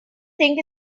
think